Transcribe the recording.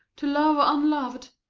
to love unlov'd?